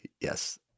yes